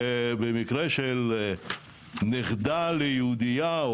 במקרה של נכדה ליהודייה,